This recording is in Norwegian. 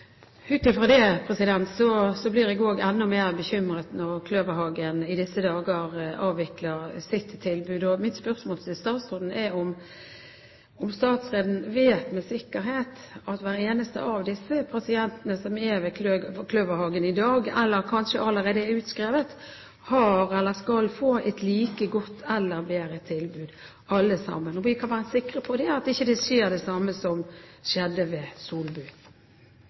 fra det blir jeg enda mer bekymret når Kløverhagen i disse dager avvikler sitt tilbud. Mitt spørsmål til statsråden er: Vet statsråden med sikkerhet at hver eneste av de pasientene som er ved Kløverhagen i dag, eller som kanskje allerede er utskrevet, har eller skal få et like godt eller bedre tilbud? Kan vi være sikre på at ikke det samme skjer som skjedde ved Solbu?